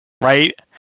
right